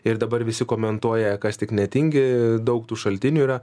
ir dabar visi komentuoja kas tik netingi daug tų šaltinių yra